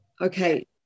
Okay